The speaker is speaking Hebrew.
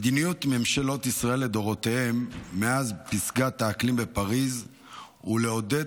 מדיניות ממשלות ישראל לדורותיהן מאז פסגת האקלים בפריז היא לעודד